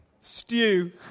Stew